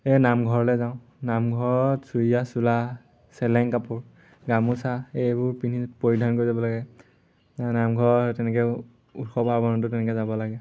এই নামঘৰলে যাওঁ নামঘৰত চুৰিয়া চোলা চেলেং কাপোৰ গামোচা এইবোৰ পিন্ধি পৰিধান কৰি যাব লাগে নামঘৰ তেনেকে উৎসৱ পাৰ্বনতো তেনেকে যাব লাগে